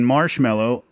Marshmallow